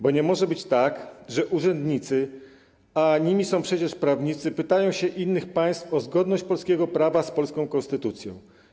Bo nie może być tak, że urzędnicy, a nimi są przecież prawnicy, pytają się innych państw o zgodność polskiego prawa z polską Konstytucją.